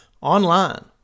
Online